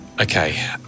Okay